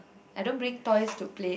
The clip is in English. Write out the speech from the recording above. I don't bring toys to play